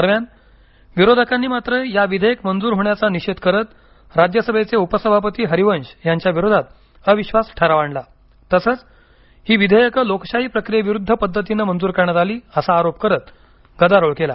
दरम्यान विरोधकांनी मात्र या विधेयक मंजूर होण्याचा निषेध करत राज्यसभेचे उपसभापती हरिवंश यांच्या विरोधात अविश्वास ठराव आणला तसच ही विधेयक लोकशाही प्रक्रियेविरुद्ध पद्धतीनं मंजूर करण्यात आली असा आरोप करत गदारोळ केला